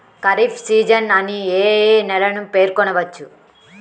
Kharif season అని ఏ ఏ నెలలను పేర్కొనవచ్చు?